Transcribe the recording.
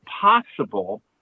possible